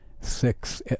six